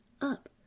up